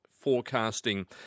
forecasting